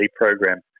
program